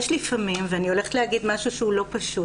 לפעמים ואני הולכת להגיד משהו לא פשוט